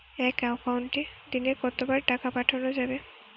এক একাউন্টে দিনে কতবার টাকা পাঠানো যাবে?